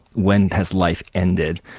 when has life ended?